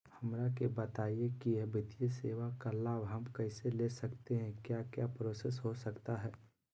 हमरा के बताइए की वित्तीय सेवा का लाभ हम कैसे ले सकते हैं क्या क्या प्रोसेस हो सकता है?